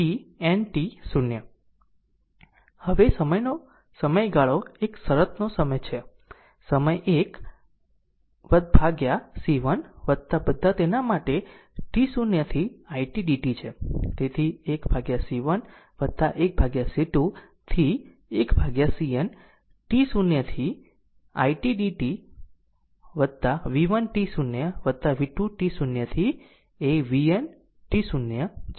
હવેનો સમયગાળો એક શરતોનો સમય છે સમય 1 C 1 બધા તેના માટે t0 to it dt છે તેથી 1C1 1C2 up to 1CN t0 થી t it dt v1 t0 v2 t0 એ vn t0 છે